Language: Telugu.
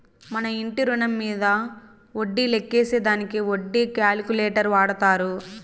మన ఇంటి రుణం మీంద వడ్డీ లెక్కేసే దానికి వడ్డీ క్యాలిక్యులేటర్ వాడతారు